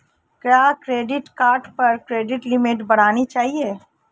क्या credit card पर credit limit बढ़ानी चाहिए?